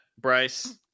Bryce